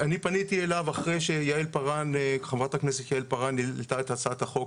אני פניתי אליו אחרי שחברת הכנסת יעל פראן העלתה את הצעת החוק,